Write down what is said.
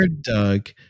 Doug